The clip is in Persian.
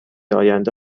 آینده